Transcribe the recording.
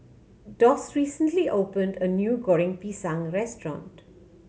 Doss recently opened a new Goreng Pisang restaurant